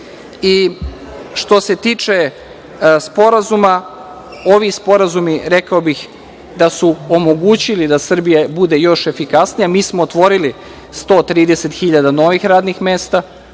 se tiče sporazuma, ovi sporazumi, rekao bih, da su omogućili da Srbija bude još efikasnija. Mi smo otvorili 130.000 novih radnih mesta,